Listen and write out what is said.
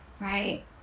right